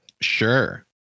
Sure